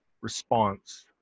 response